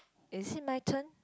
is it my turn